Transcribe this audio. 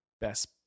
best